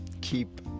keep